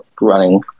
running